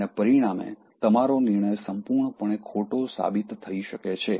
અને પરિણામે તમારો નિર્ણય સંપૂર્ણપણે ખોટો સાબિત થઈ શકે છે